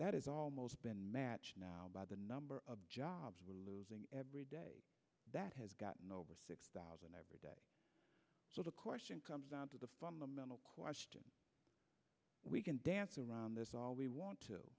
that is almost been matched now by the number of jobs we're losing every day that has gotten over six thousand every day so the question comes down to the fundamental question we can dance around this all we want to